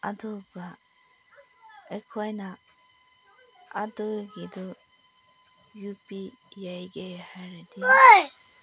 ꯑꯗꯨꯒ ꯑꯩꯈꯣꯏꯅ ꯑꯗꯨꯒꯤꯗꯨ ꯌꯨꯄꯤ ꯌꯩꯒꯦ ꯍꯥꯏꯔꯗꯤ